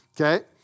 Okay